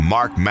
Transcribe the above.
Mark